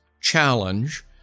challenge